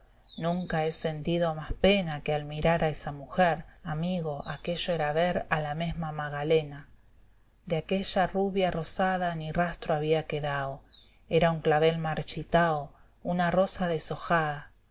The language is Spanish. nunca he sentido más pena que al mirar a esa mujer amigo aquello era ver a la mesma magalena de aquella rubia rosada ni rastro había quedao era un clavel marchitao una rosa deshojada